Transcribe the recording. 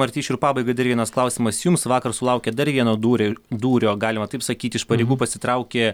martišių ir pabaigai dar vienas klausimas jums vakar sulaukė dar vieno dūria dūrio galima taip sakyti iš pareigų pasitraukė